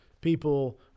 people